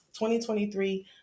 2023